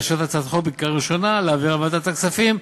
לאשר את הצעת החוק בקריאה ראשונה ולהעבירה לוועדת הכספים,